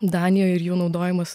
danijoj ir jų naudojimas